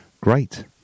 great